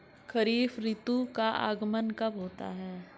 खरीफ ऋतु का आगमन कब होता है?